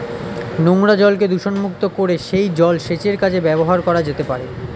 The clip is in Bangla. নোংরা জলকে দূষণমুক্ত করে সেই জল সেচের কাজে ব্যবহার করা যেতে পারে